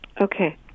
Okay